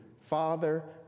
father